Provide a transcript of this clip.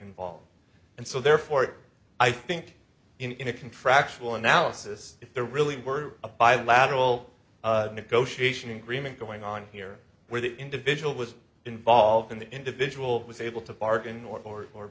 involved and so therefore i think in a contractual analysis if there really were a bilateral negotiation agreement going on here where the individual was involved in the individual was able to bargain or